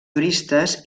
juristes